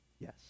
Yes